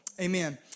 Amen